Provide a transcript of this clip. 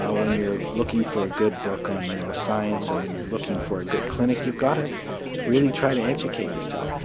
when you're looking for a good book on neuroscience, or when you're looking for a good clinic, you've got to really try to educate yourself.